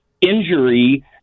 injury